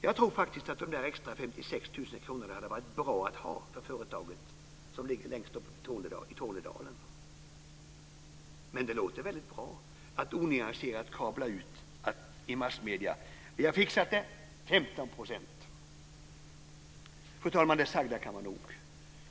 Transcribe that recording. Jag tror faktiskt att de extra 56 000 kronorna hade varit bra att ha för företaget som ligger längst uppe i Tornedalen. Men det låter väldigt bra att onyanserat kabla ut i massmedierna att man har fixat det - 15 %. Fru talman! Det sagda kan vara nog.